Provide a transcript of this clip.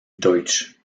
deutsch